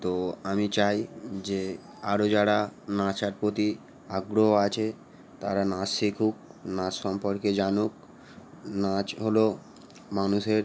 তো আমি চাই যে আরও যারা নাচার প্রতি আগ্রহ আছে তারা নাচ শিখুক নাচ সম্পর্কে জানুক নাচ হলো মানুষের